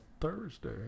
Thursday